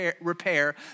repair